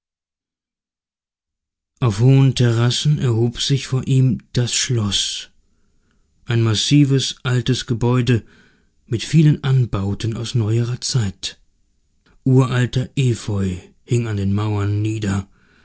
auf hohen terrassen erhob sich vor ihm das schloß ein massives altes gebäude mit vielen anbauten aus neuerer zeit uralter efeu hing an den mauern nieder